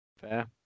Fair